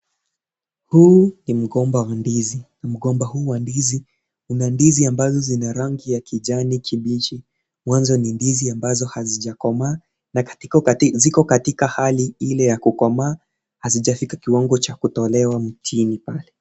Huu ni mgomba wa ndizi mgomba huu wa ndizi una ndizi ambazo zina rangi ya kijani kibichi mwanzo ni ndizi ambazo hazijakomaa na ziko katika hali ile ya kukomaa hazijafika kiwango cha kutolewa mtini pale.